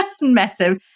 massive